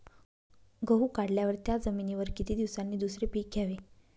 गहू काढल्यावर त्या जमिनीवर किती दिवसांनी दुसरे पीक घ्यावे?